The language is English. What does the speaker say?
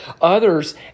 others